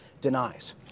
denies